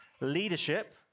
leadership